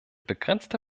begrenzte